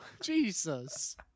Jesus